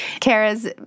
Kara's